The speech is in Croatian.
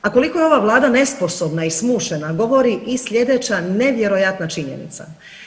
A koliko je ova Vlada nesposobna i smušena govori i sljedeća nevjerojatna činjenica.